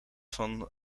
van